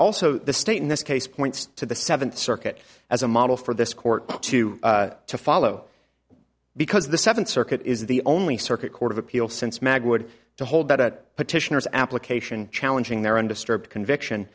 also the state in this case points to the seventh circuit as a model for this court to to follow because the seventh circuit is the only circuit court of appeal since mag would to hold that petitioners application challenging their undisturbed conviction